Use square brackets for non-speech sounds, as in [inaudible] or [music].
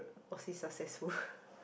was he successful [laughs]